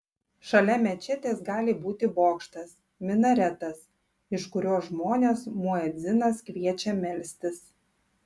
šalia mečetės gali būti bokštas minaretas iš kurio žmones muedzinas kviečia melstis